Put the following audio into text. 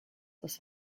was